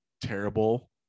terrible